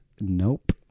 Nope